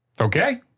Okay